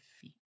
feet